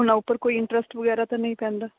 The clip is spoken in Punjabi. ਪਰ ਕੋਈ ਇੰਟਰਸਟ ਵਗੈਰਾ ਤਾਂ ਨਹੀਂ ਪੈਂਦਾ